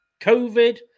COVID